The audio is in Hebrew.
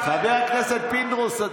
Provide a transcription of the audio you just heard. חבר הכנסת פינדרוס,